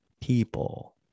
people